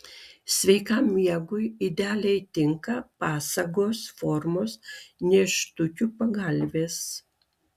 sveikam miegui idealiai tinka pasagos formos nėštukių pagalvės